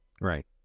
Right